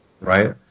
right